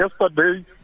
Yesterday